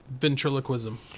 Ventriloquism